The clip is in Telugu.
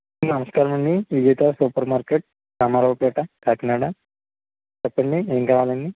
నమస్కారమండి Viveka supermarket Ramaraopeta Kakinada చెప్పండి ఏం కావాలండి